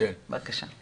בבקשה.